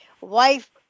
wife